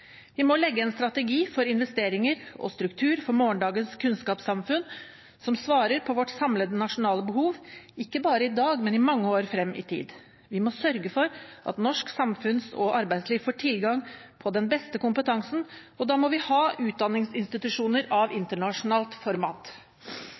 Vi må legge en strategi for investeringer og struktur for morgendagens kunnskapssamfunn som svarer på vårt samlede nasjonale behov – ikke bare i dag, men mange år frem i tid. Vi må sørge for at norsk samfunns- og arbeidsliv får tilgang på den beste kompetansen, og da må vi ha utdanningsinstitusjoner av internasjonalt format.